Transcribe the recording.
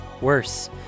Worse